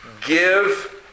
give